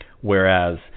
Whereas